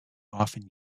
often